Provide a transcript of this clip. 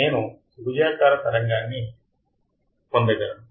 నేను త్రిభుజాకార తరంగాన్ని పొందగలను